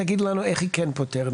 תגידו לנו איך היא כן פותרת,